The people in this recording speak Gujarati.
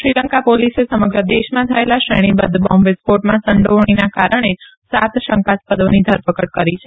શ્રીલંકા પોલીસે સમગ્ર દેશમાં થયેલા શ્રેણીબધ્ધ બોમ્બ વિસ્ફો માં સંડોવણીના કારણે સાત શંકાસ્પદોની ધરપકડ કરી છે